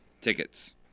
tickets